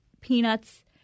peanuts